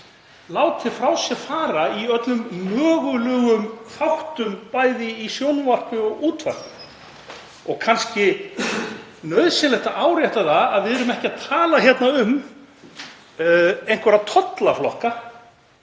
látið frá sér fara í öllum mögulegum þáttum, bæði í sjónvarpi og útvarpi. Kannski er nauðsynlegt að árétta að við erum ekki að tala um einhverja tollaflokka.